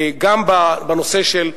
גם בנושא של,